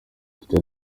teta